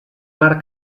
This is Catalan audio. mar